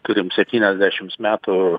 turim septyniasdešimts metų